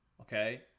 okay